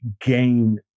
gain